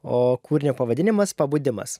o kūrinio pavadinimas pabudimas